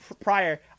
prior